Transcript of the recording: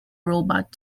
robot